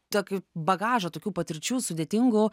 tokį bagažą tokių patirčių sudėtingų